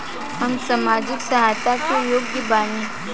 हम सामाजिक सहायता के योग्य बानी?